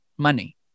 Money